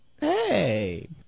Hey